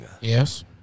Yes